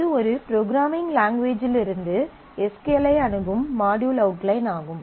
இது ஒரு ப்ரோக்ராம்மிங் லாங்குவேஜ்லிருந்து எஸ் க்யூ எல் ஐ அணுகும் மாட்யூல் அவுட்லைன் ஆகும்